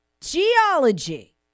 geology